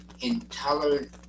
intolerant